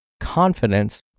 confidence